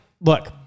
look